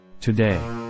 Today